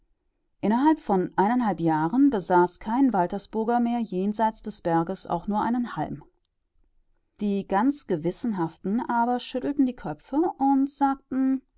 innerhalb von eineinhalb jahren besaß kein waltersburger mehr jenseits des berges auch nur einen halm die ganz gewissenhaften aber schüttelten die köpfe und sagten